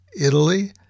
Italy